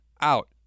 out